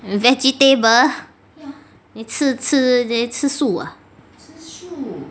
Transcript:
vegetable 你吃吃得吃素啊